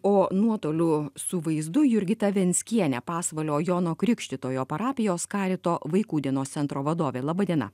o nuotoliu su vaizdu jurgita venckienė pasvalio jono krikštytojo parapijos karito vaikų dienos centro vadovė laba diena